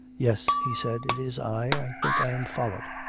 yes, he said, it is i. i think i am followed.